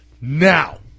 now